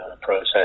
process